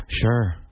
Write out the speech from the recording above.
Sure